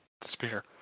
Spear